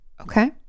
okay